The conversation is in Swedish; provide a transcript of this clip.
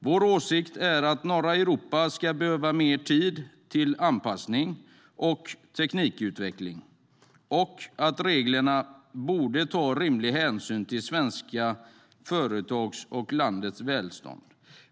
Vår åsikt är att norra Europa skulle behöva mer tid till anpassning och teknikutveckling och att reglerna borde ta rimlig hänsyn till svenska företags och landets välstånd.